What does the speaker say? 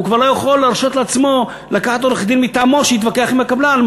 הוא כבר לא יכול להרשות לעצמו לקחת עורך-דין מטעמו שיתווכח עם הקבלן,